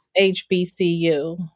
HBCU